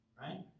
Right